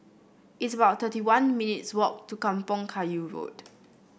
it's about thirty one minutes' walk to Kampong Kayu Road